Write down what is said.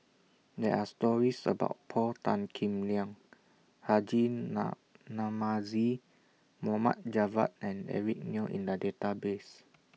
There Are stories about Paul Tan Kim Liang Haji Namazie Mohamed Javad and Eric Neo in The Database